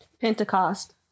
Pentecost